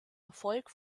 erfolg